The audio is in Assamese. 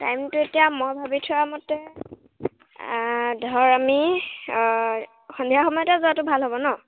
টাইমটো এতিয়া মই ভাবি থোৱা মতে ধৰ আমি সন্ধিয়া সময়তে যোৱাটো ভাল হ'ব ন